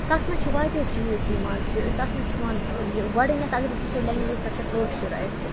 تَتھ مَنٛز چھِ واریاہ چیٖز یِوان تَتھ مَنٛز چھِ یِوان گۄڈنیٚتھ اگر أسۍ وٕچھو لینٛگویج سۄ چھِ کٲشُر اَسہِ